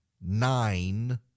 nine